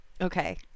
okay